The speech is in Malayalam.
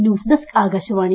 news desk Akashvani